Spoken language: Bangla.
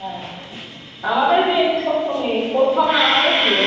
হ্যাঁ আমাকে ওই দিয়ে প্রথমে প্রথমে আমাকেই দিয়েন